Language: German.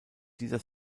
dieser